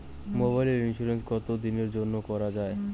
মোবাইলের ইন্সুরেন্স কতো দিনের জন্যে করা য়ায়?